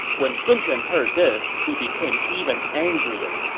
when sun quan heard this, he became even angrier.